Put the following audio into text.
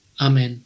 Amen